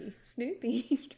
Snoopy